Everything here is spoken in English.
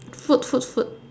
food food food